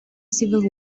civil